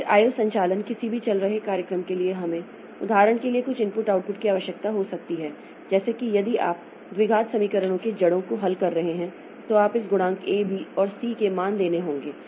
फिर I O संचालन किसी भी चल रहे कार्यक्रम के लिए हमें उदाहरण के लिए कुछ इनपुट आउटपुट की आवश्यकता हो सकती है जैसे कि यदि आप द्विघात समीकरणों की जड़ों को हल कर रहे हैं तो आपको इस गुणांक A B और C के मान देने होंगे